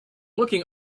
looking